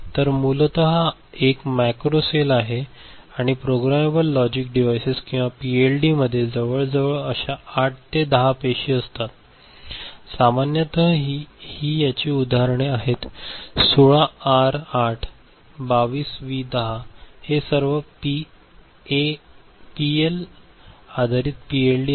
तर हा मूलतः एक मॅक्रो सेल आहे आणि प्रोग्रामेबल लॉजिक डिव्हाइस किंवा पीएलडीमध्ये जवळजवळ अश्या 8 ते 10 पेशी असतत् सामान्यत ही याची उदाहरणे आहेत 16 आर 8 22 व्ही 10 ही सर्व पीएल आधारित पीएलडी आहेत